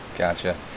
Gotcha